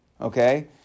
Okay